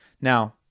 Now